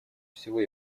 всего